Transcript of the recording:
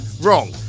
wrong